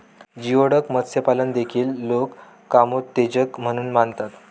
geoduck मत्स्यपालन देखील लोक कामोत्तेजक म्हणून मानतात